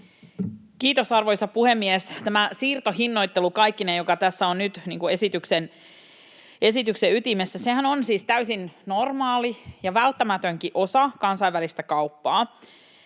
Kiitos, arvoisa puhemies! Tämä siirtohinnoittelu kaikkineen, joka tässä on nyt esityksen ytimessä, on siis täysin normaali ja välttämätönkin osa kansainvälistä kauppaa.